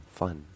fun